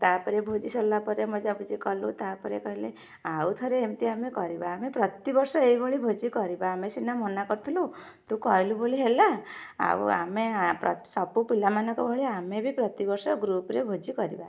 ତାପରେ ଭୋଜି ସରିଲା ପରେ ମଜାମଜି କଲୁ ତାପରେ କହିଲେ ଆଉ ଥରେ ଏମିତିଆ ଆମେ କରିବା ଆମେ ପ୍ରତିବର୍ଷ ଏଇଭଳି ଭୋଜି କରିବା ଆମେ ସିନା ମନା କରୁଥିଲୁ ତୁ କହିଲୁ ବୋଲି ହେଲା ଆଉ ଆମେ ଆ ପ୍ର ସବୁ ପିଲାମାନଙ୍କ ଭଳିଆ ଆମେ ବି ପ୍ରତିବର୍ଷ ଗ୍ରୁପ ରେ ଭୋଜି କରିବା